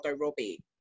Robbie